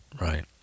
Right